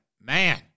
man